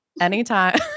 Anytime